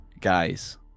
guys